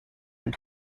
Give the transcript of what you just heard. man